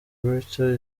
bityo